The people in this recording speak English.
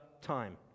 time